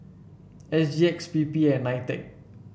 S G X P P and Nitec